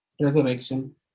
Resurrection